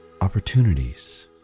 Opportunities